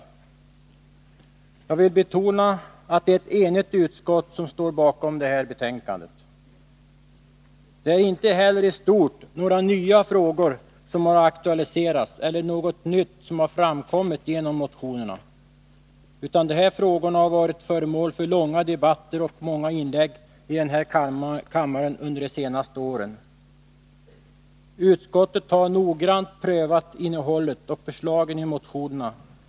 Jag vill betona att det är ett enigt utskott som står bakom detta betänkande. Det är inte heller i stort några nya frågor som har aktualiserats eller något nytt som har framkommit genom motionerna, utan de här frågorna har varit föremål för långa debatter och många inlägg i denna kammare under de senaste åren. Utskottet har noggrant prövat innehållet och förslagen i motionerna.